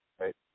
Right